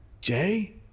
Jay